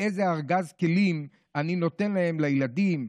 איזה ארגז כלים אני נותן להם לילדים,